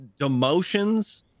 demotions